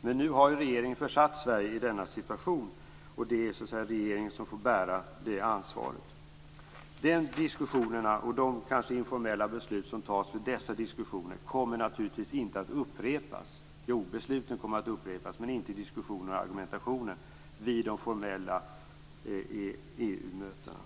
men nu har ju regeringen försatt Sverige i denna situation, och det är regeringen som får bära det ansvaret. De diskussioner som förs där kommer naturligtvis inte att upprepas, även om de formella besluten gör det, vid de formella EU mötena.